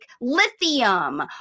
lithium